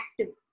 active